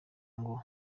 ngo